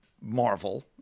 Marvel